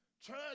Church